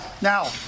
Now